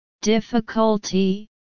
Difficulty